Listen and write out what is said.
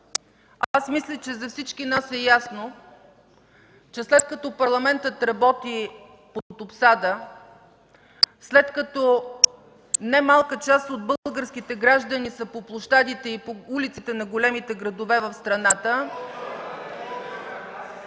Мисля, че за всички нас е ясно, че след като Парламентът работи под обсада, след като не малка част от българските граждани са по площадите и по улиците на големите градове в страната...